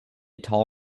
tall